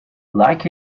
like